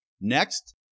Next